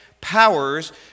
powers